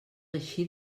així